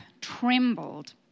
trembled